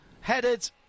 headed